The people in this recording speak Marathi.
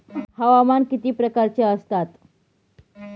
हवामान किती प्रकारचे असतात?